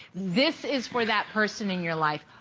this is for that person in your life.